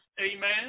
Amen